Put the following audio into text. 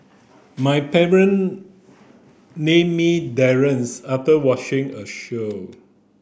my parent named me after watching a show